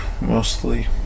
mostly